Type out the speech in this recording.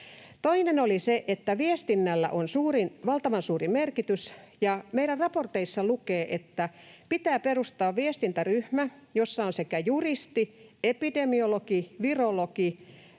Toinen oli se, että viestinnällä on valtavan suuri merkitys, ja meidän raporteissamme lukee, että pitää perustaa viestintäryhmä, jossa on juristi, epidemiologi, virologi,